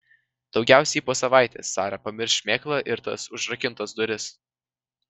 daugiausiai po savaitės sara pamirš šmėklą ir tas užrakintas duris